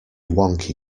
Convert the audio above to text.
wonky